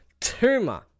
Tumor